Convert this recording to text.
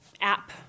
app